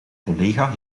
collega